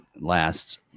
last